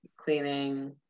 cleaning